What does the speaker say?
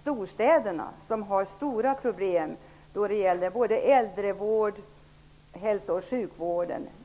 Storstäderna har stora problem när det gäller äldrevården och hälso och sjukvården.